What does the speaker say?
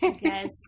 yes